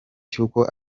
cy’uko